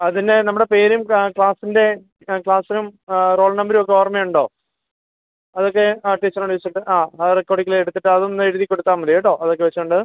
അതിന് നമ്മുടെ പേരും ക്ലാ ക്ലാസിൻ്റെ ക്ലാസിനും റോൾ നമ്പരുവൊക്ക ഓർമ്മയുണ്ടോ അതൊക്കെ ആ ടീച്ചറോട് ചോദിച്ചിട്ട് ആ ആ റെക്കോർഡിക്കലി എടുത്തിട്ടതൊന്നെഴുതി കൊടുത്താൽ മതി കേട്ടോ അതൊക്കെ വെച്ചോണ്ട്